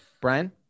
Brian